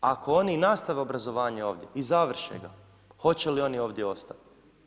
Ako oni nastave obrazovanje ovdje i završe ga, hoće li oni ovdje ostati?